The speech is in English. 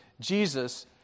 Jesus